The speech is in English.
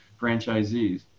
franchisees